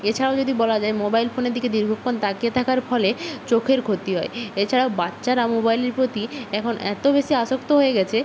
এছাড়াও যদি বলা যায় মোবাইল ফোনের দিকে দীর্ঘক্ষণ তাকিয়ে থাকার ফলে চোখের ক্ষতি হয় এছাড়াও বাচ্চারা মোবাইলের প্রতি এখন এত বেশি আসক্ত হয়ে গিয়েছে